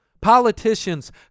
Politicians